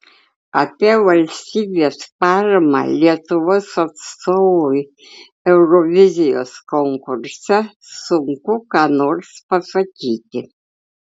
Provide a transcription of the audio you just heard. apie valstybės paramą lietuvos atstovui eurovizijos konkurse sunku ką nors pasakyti